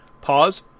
pause